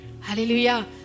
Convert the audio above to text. Hallelujah